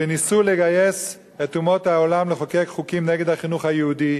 שניסו לגייס את אומות העולם לחוקק חוקים נגד החינוך היהודי,